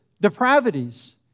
depravities